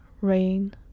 rain